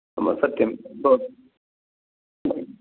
नाम सत्यं